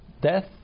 death